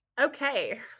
Okay